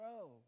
grow